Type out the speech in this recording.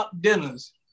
dinners